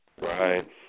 Right